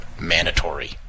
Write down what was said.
mandatory